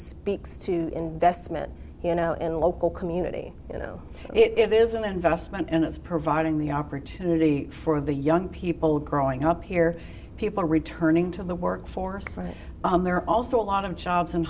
speaks to investment you know in the local community you know it is an investment and it's providing the opportunity for the young people growing up here people returning to the work force right there also a lot of jobs in